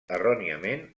erròniament